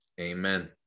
Amen